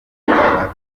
yagiranye